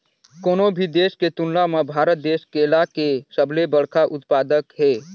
कोनो भी देश के तुलना म भारत देश केला के सबले बड़खा उत्पादक हे